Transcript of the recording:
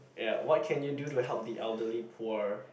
ya what can you do to help the elderly poor